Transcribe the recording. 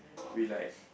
we like